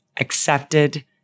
accepted